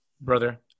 Brother